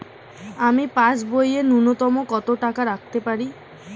আমি পাসবইয়ে ন্যূনতম কত টাকা রাখতে পারি?